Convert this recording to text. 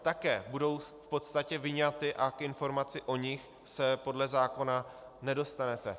Také budou v podstatě vyňaty a k informaci o nich se podle zákona nedostanete.